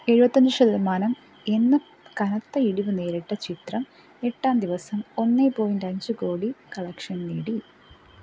എഴുപത്തഞ്ച് ശതമാനം എന്ന കനത്ത ഇടിവ് നേരിട്ട ചിത്രം എട്ടാം ദിവസം ഒന്ന് പോയിൻറ്റ് അഞ്ച് കോടി കളക്ഷൻ നേടി